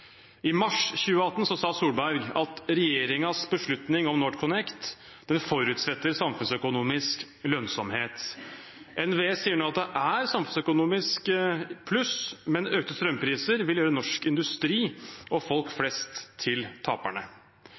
I mars 2018 sa Solberg at regjeringens beslutning om NorthConnect forutsetter samfunnsøkonomisk lønnsomhet. NVE sier nå at det er samfunnsøkonomisk pluss, men økte strømpriser vil gjøre norsk industri og folk flest til taperne.